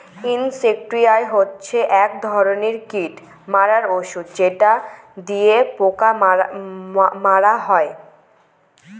insecticide হচ্ছে এক ধরনের কীট মারার ঔষধ যেটা দিয়ে পোকা মারা হয়